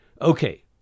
okay